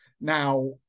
Now